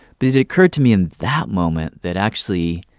but it occurred to me in that moment that, actually,